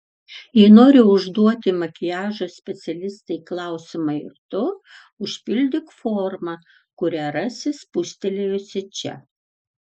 jei nori užduoti makiažo specialistei klausimą ir tu užpildyk formą kurią rasi spustelėjusi čia